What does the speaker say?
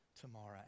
tomorrow